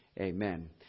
amen